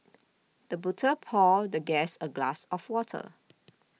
the butler poured the guest a glass of water